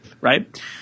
right